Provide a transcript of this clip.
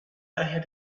daher